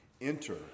Enter